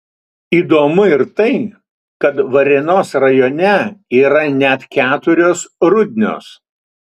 įdomu ir tai kad varėnos rajone yra net keturios rudnios